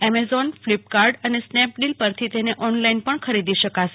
Amazon Flipkart અને Snapdeal પરથી તેને ઓનલાઇન પણ ખરીદી શકાશે